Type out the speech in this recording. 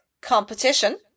competition